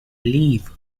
leave